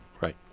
Right